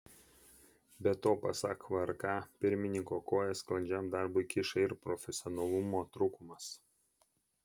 be to pasak vrk pirmininko koją sklandžiam darbui kiša ir profesionalumo trūkumas